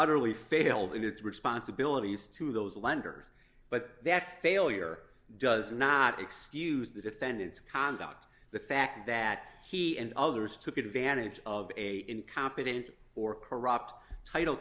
utterly failed in its responsibilities to those lenders but that failure does not excuse the defendant's conduct the fact that he and others took advantage of a incompetent or corrupt title